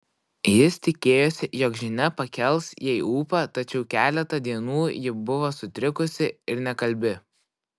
jis tikėjosi jog žinia pakels jai ūpą tačiau keletą dienų ji buvo sutrikusi ir nekalbi